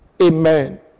Amen